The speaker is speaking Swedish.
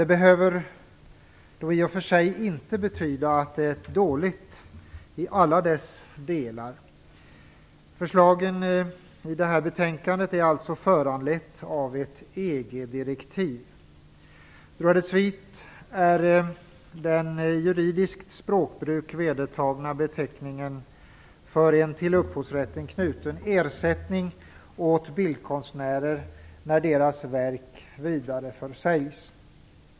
Det behöver i och för sig inte betyda att det är dåligt i alla dess delar. Förslagen i detta betänkande är alltså föranledda av ett EG-direktiv. Droit de suite är den i juridiskt språkbruk vedertagna beteckningen för en till upphovsrätten knuten ersättning till bildkonstnärer när deras verk vidareförsäljs.